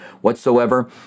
whatsoever